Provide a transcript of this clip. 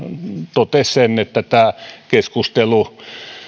totesi sen että tämä keskustelu